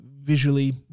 visually